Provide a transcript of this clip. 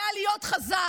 יודע להיות חזק,